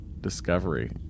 Discovery